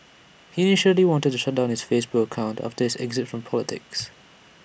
he initially wanted to shut down his Facebook accounts after his exit from politics